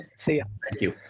see ya. thank you.